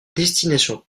destination